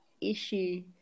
issue